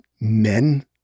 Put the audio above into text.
Men